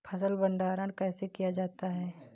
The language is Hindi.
फ़सल भंडारण कैसे किया जाता है?